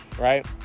right